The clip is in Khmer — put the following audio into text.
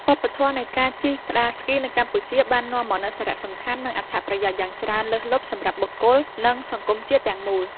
វប្បធម៌នៃការជិះក្ដារស្គីនៅកម្ពុជា បាននាំមកនូវសារៈសំខាន់ និងអត្ថប្រយោជន៍យ៉ាងច្រើនលើសលប់សម្រាប់បុគ្គល និងសង្គមជាតិទាំងមូល។